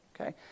okay